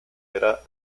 era